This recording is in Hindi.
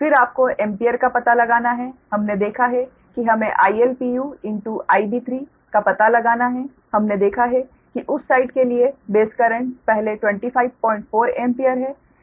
फिर आपको एम्पीयर का पता लगाना है हमने देखा है कि हमें ILIB3 का पता लगाना है हमने देखा है कि उस साइड के लिए बेस करंट पहले 254 एम्पीयर है